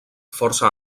força